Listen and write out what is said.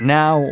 now